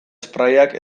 sprayak